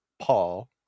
Paul